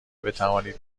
بتوانید